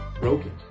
broken